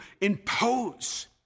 impose